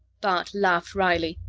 bart laughed wryly.